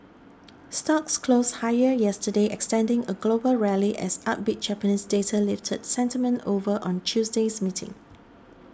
stocks closed higher yesterday extending a global rally as upbeat Japanese data lifted sentiment over on Tuesday's meeting